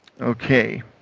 Okay